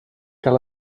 cal